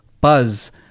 buzz